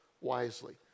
wisely